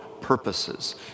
purposes